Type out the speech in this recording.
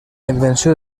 invenció